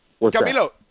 Camilo